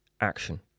action